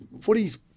footy's